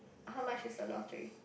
how much is the lottery